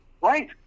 Right